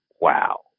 Wow